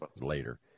later